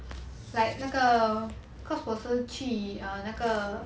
like 那个 cause 我是去 err 那个